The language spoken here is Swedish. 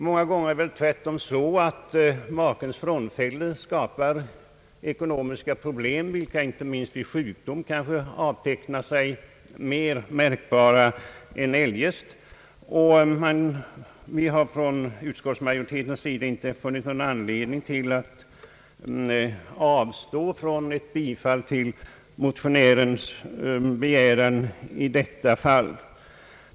Många gånger skapar tvärtom makens frånfälle ekonomiska problem, vilka inte minst vid sjukdom blir mer kännbara än eljest. Vi har inom utskottsmajoriteten inte funnit någon anledning att avstå från ett bifall till motionärens begäran i detta fall.